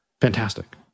Fantastic